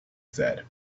said